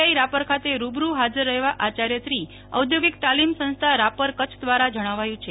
આઈ રાપર ખાતે રૂબરૂ હાજર રહેવા આચાર્યશ્રી ઔદ્યોગિક તાલીમ સંસ્થા રાપર કચ્છ દ્વારા જણાવાયું છે